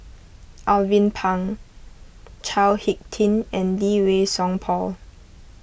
Alvin Pang Chao Hick Tin and Lee Wei Song Paul